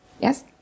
yes